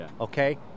okay